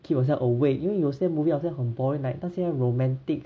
keep yourself awake 因为有些 movie 很像很 boring like 那些 romantic